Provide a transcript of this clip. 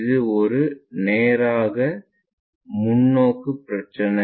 இது ஒரு நேராக முன்னோக்கி பிரச்சினை